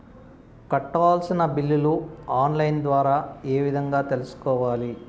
కట్టాల్సిన బిల్లులు online ద్వారా ఏ విధంగా తెలుసుకోవాలి?